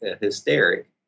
hysteric